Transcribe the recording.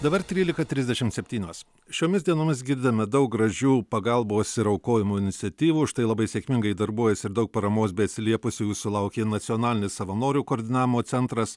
dabar trylika trisdešimt septynios šiomis dienomis girdime daug gražių pagalbos ir aukojimų iniciatyvų užtai labai sėkmingai darbuojasi ir daug paramos bei atsiliepusiųjų sulaukė nacionalinis savanorių koordinavimo centras